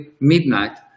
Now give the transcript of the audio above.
midnight